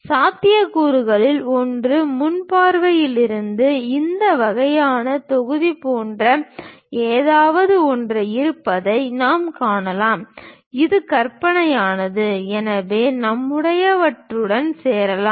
சாத்தியக்கூறுகளில் ஒன்று முன் பார்வையில் இருந்து இந்த வகையான தொகுதி போன்ற ஏதாவது ஒன்று இருப்பதை நாம் காணலாம் இது கற்பனையானது எனவே நம்முடையவற்றுடன் சேரலாம்